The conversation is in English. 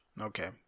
Okay